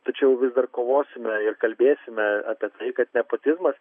tačiau vis dar kovosime ir kalbėsime apie tai kad nepotizmas